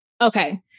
Okay